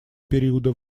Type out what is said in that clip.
периода